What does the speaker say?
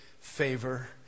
favor